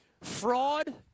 Fraud